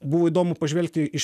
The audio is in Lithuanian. buvo įdomu pažvelgti iš